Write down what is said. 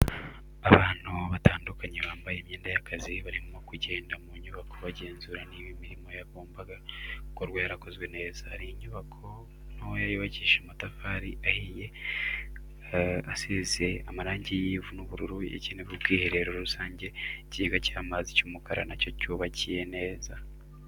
Abantu batandukanye bambaye imyenda y'akazi barimo kugenda mu nyubako bagenzura niba imirimo yagombaga gukorwa yarakozwe neza, hari inyubako ntoya yubakishije amatafari ahiye isize amarangi y'ivu n'ubururu yagenewe ubwiherero rusange ikigega cy'amazi cy'umukara nacyo cyubakiye neza.